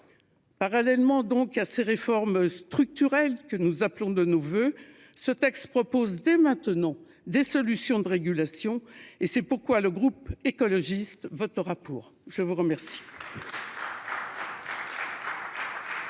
Parallèlement donc à ces réformes structurelles que nous appelons de nos voeux ce texte propose dès maintenant des solutions de régulation et c'est pourquoi le groupe écologiste votera pour. Je vous remercie.